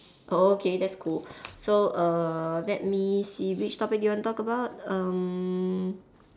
oh okay that's cool so err let me see which topic do you want to talk about um